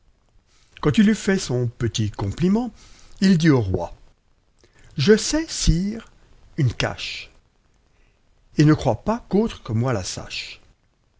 quand il eut fait son petit compliment il dit au roi je sais sire une cache et ne crois pas qu'autre que moi la sache